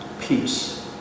peace